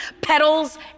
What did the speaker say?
petals